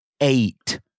eight